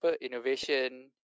innovation